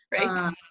right